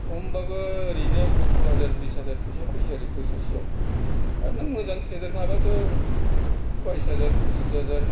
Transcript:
खमब्लाबो ओरैनो अथ्रहाजार बिस हाजार फैसा फैयो आरो बोसोरसेआव आर नों मोजां फेदेरनो हाब्लाथ' बायस हाजार फसिस हाजार